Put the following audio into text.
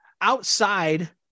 outside